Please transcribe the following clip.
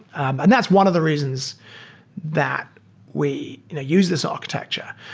and that's one of the reasons that we and use this architecture.